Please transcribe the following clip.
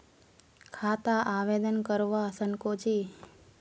खाता आवेदन करवा संकोची?